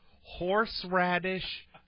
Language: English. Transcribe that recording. horseradish